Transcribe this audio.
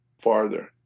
farther